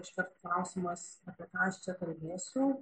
iškart klausimas apie ką aš čia kalbėsiu